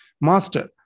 Master